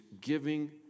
giving